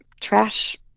trash